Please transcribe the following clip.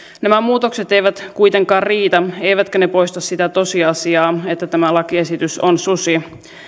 nämä muutokset eivät kuitenkaan riitä eivätkä ne poista sitä tosiasiaa että tämä lakiesitys on susi